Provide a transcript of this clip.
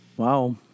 Wow